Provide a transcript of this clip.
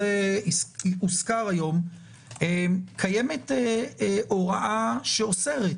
שכפי שהוזכר היום קיימת הוראה שאוסרת